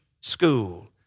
school